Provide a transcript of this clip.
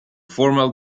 formal